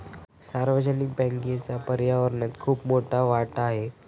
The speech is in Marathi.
सार्वजनिक बँकेचा पर्यावरणात खूप मोठा वाटा आहे